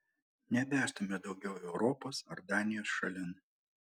nebestumiu daugiau europos ar danijos šalin